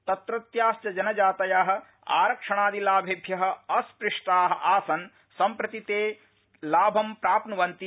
तत्रत्याश्च जनजातय आरक्षणादि लाभेभ्य अस्पृष्टा आसन् सम्प्रति ते लाभं प्राप्तवन्ति